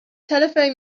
telephoned